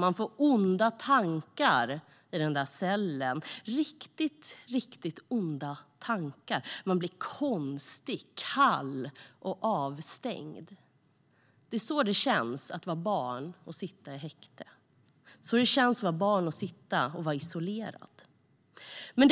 Man får onda tankar i den där cellen - riktigt, riktigt onda tankar. Man blir konstig, kall och avstängd. Det är så det känns att vara barn och sitta i häkte. Det är så det känns att vara barn och vara isolerad. Men